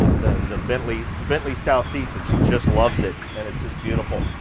the, the bentley, bentley-style seats and she just loves it, and it's just beautiful.